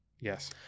yes